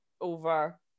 Over